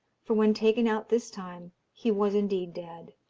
for when taken out this time he was indeed dead.